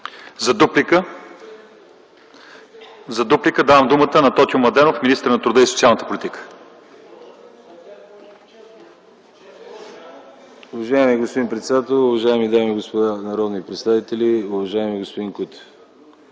За дуплика давам думата на Тотю Младенов – министър на труда и социалната политика.